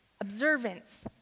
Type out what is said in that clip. Observance